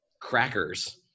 crackers